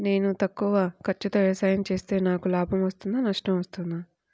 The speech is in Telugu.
నేను తక్కువ ఖర్చుతో వ్యవసాయం చేస్తే నాకు లాభం వస్తుందా నష్టం వస్తుందా?